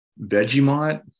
Vegemite